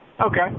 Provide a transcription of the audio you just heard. Okay